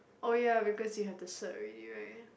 oh ya because you have the cert already right